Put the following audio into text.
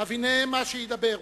הבינם מה שידברו,